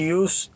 use